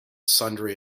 sundry